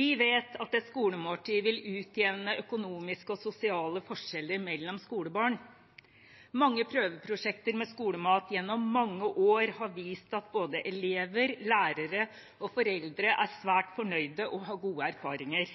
Vi vet at et skolemåltid vil utjevne økonomiske og sosiale forskjeller mellom skolebarn. Mange prøveprosjekter med skolemat gjennom mange år har vist at både elever, lærere og foreldre er svært fornøyd og har gode erfaringer.